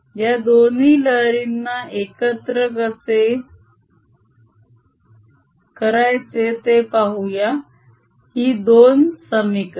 या दोन लहरींना एकत्र कसे करायचे ते पाहूया ही दोन समीकरणे